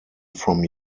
from